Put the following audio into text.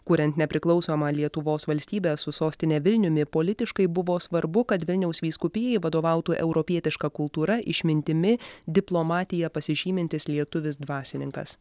kuriant nepriklausomą lietuvos valstybę su sostine vilniumi politiškai buvo svarbu kad vilniaus vyskupijai vadovautų europietiška kultūra išmintimi diplomatija pasižymintis lietuvis dvasininkas